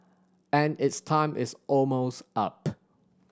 and its time is almost up